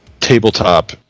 tabletop